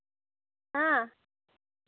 ᱦᱮᱸ